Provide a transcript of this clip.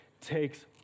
takes